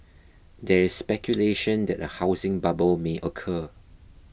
there is speculation that a housing bubble may occur